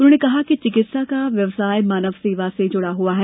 उन्होंने कहा कि चिकित्सा का व्यवसाय मानव सेवा से जुड़ा हुआ है